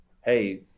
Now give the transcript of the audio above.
hey